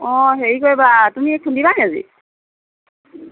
অঁ হেৰি কৰিবা তুমি খুন্দিবা নে আজি